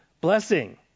blessing